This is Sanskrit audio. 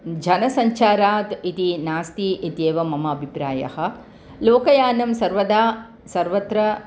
जनाः सञ्चारात् इति नास्ति इत्येव मम अभिप्रायः लोकयानं सर्वदा सर्वत्र